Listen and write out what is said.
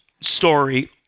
story